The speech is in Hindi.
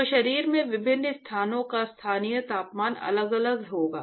तो शरीर के विभिन्न स्थानों का स्थानीय तापमान अलग अलग होगा